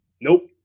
Nope